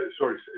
sorry